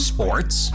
Sports